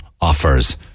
offers